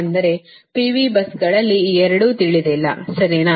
ಅಂದರೆ P V ಬಸ್ಗಳಲ್ಲಿ ಈ 2 ತಿಳಿದಿಲ್ಲ ಸರಿನಾ